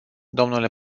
dle